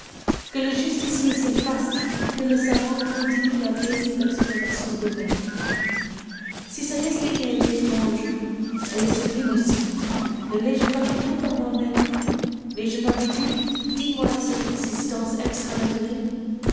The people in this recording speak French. que le justicier s'efface que le savant continue la paisible exploration des mers si sa destinée est étrange elle est sublime aussi ne l'ai-je pas compris par moi-même n'ai-je pas vécu dix mois de cette existence extranaturelle